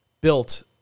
built